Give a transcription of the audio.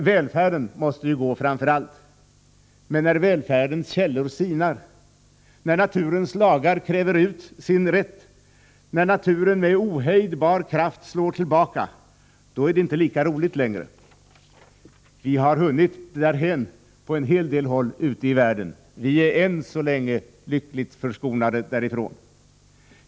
Välfärden måste gå före allt. Men när välfärdens källor sinar, när naturens lagar kräver ut sin rätt och när naturen med ohejdad kraft slår tillbaka, då är det inte lika roligt längre. Man har hunnit därhän på en del håll ute i världen. Men vi är än så länge lyckligt förskonade därifrån.